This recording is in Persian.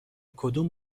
کدوم